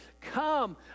Come